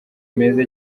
meza